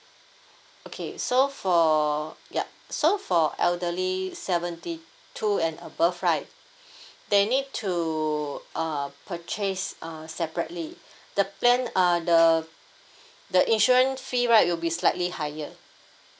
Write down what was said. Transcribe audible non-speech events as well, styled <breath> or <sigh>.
okay so for yup so for elderly seventy two and above right <breath> they need to uh purchase uh separately the plan uh the the insurance fee right will be slightly higher